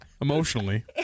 emotionally